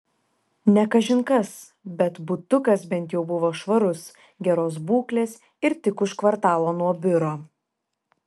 ne kažin kas bet butukas bent jau buvo švarus geros būklės ir tik už kvartalo nuo biuro